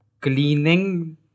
cleaning